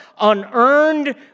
unearned